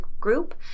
group